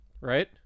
Right